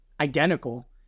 identical